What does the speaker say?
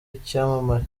icyamamare